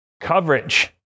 coverage